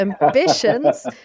ambitions